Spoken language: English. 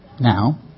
Now